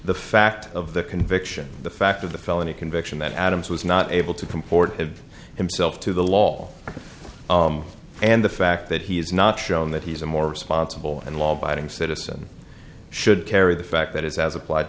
the fact of the conviction the fact of the felony conviction that adams was not able to comport himself to the law and the fact that he has not shown that he's a more responsible and law abiding citizen should carry the fact that it's as applied